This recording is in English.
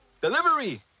Delivery